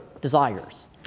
desires